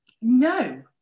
no